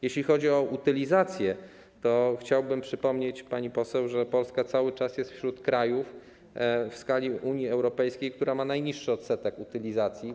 Jeśli chodzi o utylizację, to chciałbym przypomnieć pani poseł, że Polska cały czas jest wśród krajów Unii Europejskiej, które mają najniższy odsetek utylizacji.